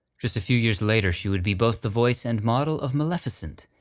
just a few years later she would be both the voice and model of maleficent,